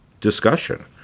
discussion